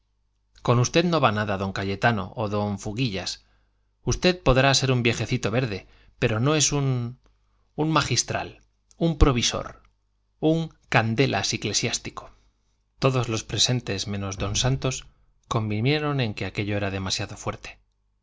con usted no va nada don cayetano o don fuguillas usted podrá ser un viejecito verde pero no es un un magistral un provisor un candelas eclesiástico todos los presentes menos don santos convinieron en que aquello era demasiado fuerte